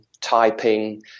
typing